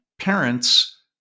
parents